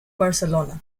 barcelona